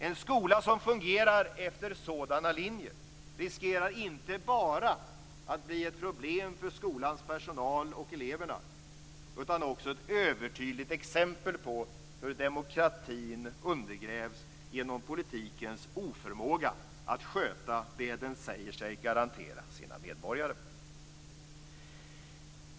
En skola som fungerar efter sådana linjer riskerar inte bara att bli ett problem för skolans personal och eleverna utan också ett övertydligt exempel på hur demokratin undergrävs genom politikens oförmåga att sköta det den säger sig garantera medborgarna.